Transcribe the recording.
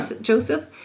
Joseph